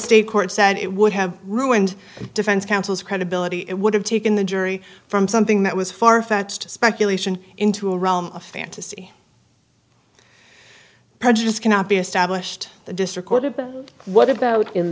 state court said it would have ruined defense counsel's credibility it would have taken the jury from something that was far fetched speculation into a realm of fantasy prejudice cannot be established the district court of what about in